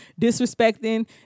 disrespecting